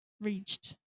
reached